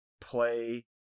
play